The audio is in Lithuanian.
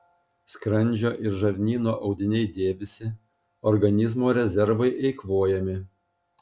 skrandžio ir žarnyno audiniai dėvisi organizmo rezervai eikvojami